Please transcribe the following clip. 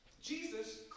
Jesus